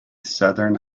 southern